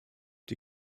die